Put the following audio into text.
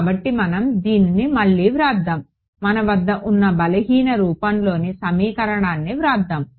కాబట్టి మనం దీనిని మళ్ళీ వ్రాద్దాం మన వద్ద ఉన్న బలహీన రూపం లోని సమీకరణాన్ని వ్రాద్దాం